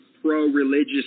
pro-religious